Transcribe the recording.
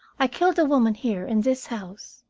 i killed a woman here in this house.